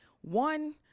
one